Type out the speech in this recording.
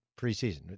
preseason